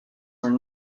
were